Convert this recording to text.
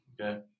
Okay